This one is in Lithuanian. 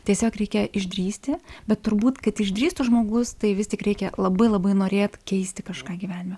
tiesiog reikia išdrįsti bet turbūt kad išdrįstų žmogus tai vis tik reikia labai labai norėt keisti kažką gyvenime